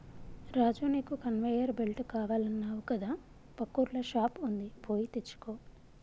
రాజు నీకు conveyor belt కావాలన్నావు కదా పక్కూర్ల షాప్ వుంది పోయి తెచ్చుకో